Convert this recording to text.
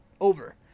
over